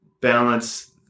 balance